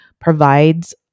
provides